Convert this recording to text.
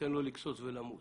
ניתן לו לגסוס ולמות.